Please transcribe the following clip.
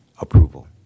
approval